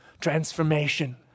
Transformation